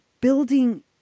building